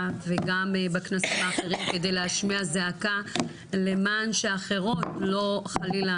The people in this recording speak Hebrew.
וגם בכנסים האחרים כדי להשמיע זעקה למען שאחרות לא חלילה,